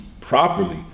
properly